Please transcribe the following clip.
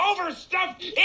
overstuffed